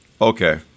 Okay